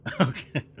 Okay